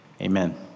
Amen